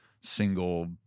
single